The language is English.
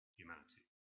humanity